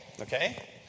Okay